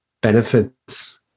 benefits